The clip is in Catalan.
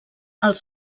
els